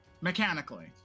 Mechanically